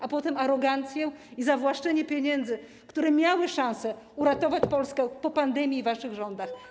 A potem arogancja i zawłaszczenie pieniędzy, które miały szansę uratować Polskę po pandemii i waszych rządach.